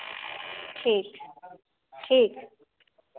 ठीक ठीक